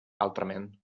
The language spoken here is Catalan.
altrament